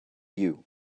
you